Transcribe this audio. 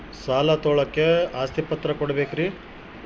ಸಾಲ ತೋಳಕ್ಕೆ ಆಸ್ತಿ ಪತ್ರ ಕೊಡಬೇಕರಿ?